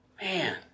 Man